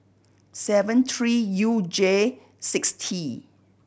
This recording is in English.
seven three U J six T